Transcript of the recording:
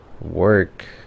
work